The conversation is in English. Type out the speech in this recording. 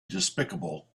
despicable